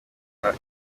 iha